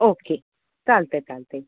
okay चालते चालते